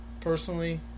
personally